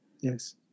Yes